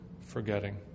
forgetting